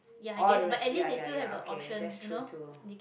oh the re~ ya ya ya okay that's true too